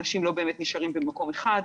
אנשים לא באמת נשארים במקום אחד,